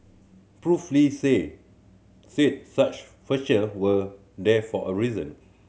Prof Lee say said such feature were there for a reason